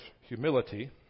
humility